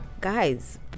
Guys